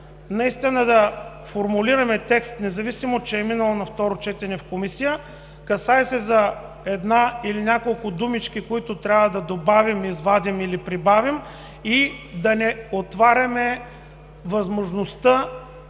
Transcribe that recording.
наистина да формулираме текст, независимо че е минал на второ четене в Комисия – касае се за една или няколко думички, които трябва да добавим, извадим или прибавим, и да не отваряме възможността